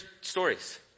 stories